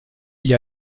gli